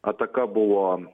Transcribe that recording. ataka buvo